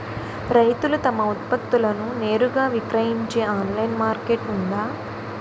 రైతులు తమ ఉత్పత్తులను నేరుగా విక్రయించే ఆన్లైన్ మార్కెట్ ఉందా?